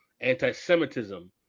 anti-Semitism